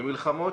במלחמות,